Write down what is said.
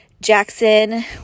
Jackson